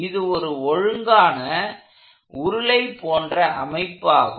இது ஒரு ஒழுங்கான உருளை போன்ற அமைப்பாகும்